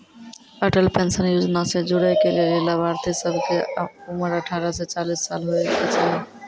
Atal pension Yojana से जुड़ै के लेली लाभार्थी सभ के उमर अठारह से चालीस साल होय के चाहि